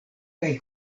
kaj